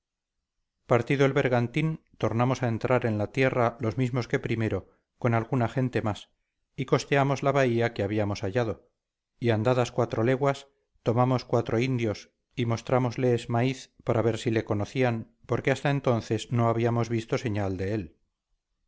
partido el bergantín tornamos a entrar en la tierra los mismos que primero con alguna gente más y costeamos la bahía que habíamos hallado y andadas cuatro leguas tomamos cuatro indios y mostrámosles maíz para ver si le conocían porque hasta entonces no habíamos visto señal de él